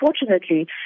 unfortunately